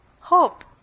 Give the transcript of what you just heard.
hope